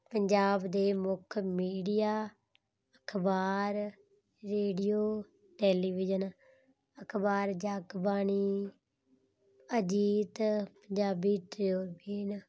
ਪੰਜਾਬ ਦੇ ਮੁੱਖ ਮੀਡੀਆ ਅਖ਼ਬਾਰ ਰੇਡੀਓ ਟੈਲੀਵਿਜ਼ਨ ਅਖ਼ਬਾਰ ਜਗਬਾਣੀ ਅਜੀਤ ਪੰਜਾਬੀ ਟ੍ਰਿਬਿਊਨ